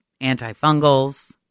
antifungals